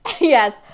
yes